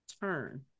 turn